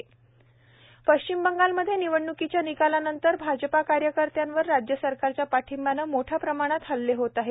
पश्चिम बंगाल हल्ले पश्चिम बंगालमध्ये निवडणुकीच्या निकालानंतर भाजपा कार्यकर्त्यांवर राज्य सरकारच्या पाठिंब्याने मोठ्या प्रमाणात हल्ले होत आहेत